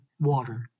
water